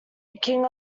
king